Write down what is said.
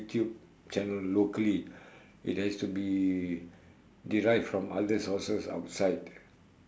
YouTube channel locally it has to be derived from other sources outside